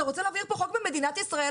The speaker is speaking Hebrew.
אתה רוצה להעביר פה חוק במדינת ישראל,